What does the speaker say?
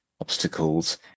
obstacles